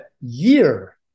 year